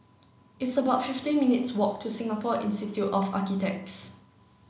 it's about fifteen minutes' walk to Singapore Institute of Architects